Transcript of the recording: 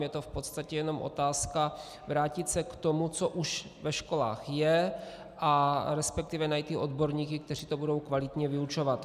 Je to v podstatě jenom otázka vrátit se k tomu, co už ve školách je, resp. najít i odborníky, kteří to budou kvalitně vyučovat.